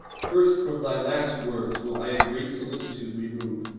first from thy last words will i a great solicitude remove.